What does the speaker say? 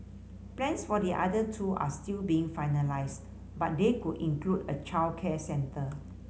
plans for the other two are still being finalised but they could include a childcare centre